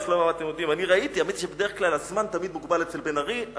האמת היא שבדרך כלל הזמן מוגבל אצל בן-ארי.